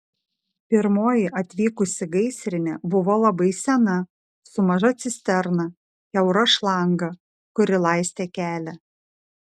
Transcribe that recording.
pirmoji atvykusi gaisrinė buvo labai sena su maža cisterna kiaura šlanga kuri laistė kelią